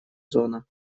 зона